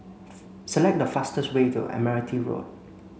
select the fastest way to Admiralty Road